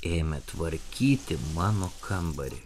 ėmė tvarkyti mano kambarį